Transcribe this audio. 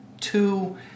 two